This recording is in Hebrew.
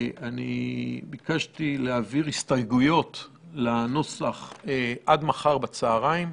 אני ביקשתי להעביר הסתייגויות לנוסח עד מחר בצוהריים.